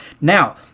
now